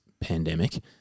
pandemic